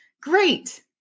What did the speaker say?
Great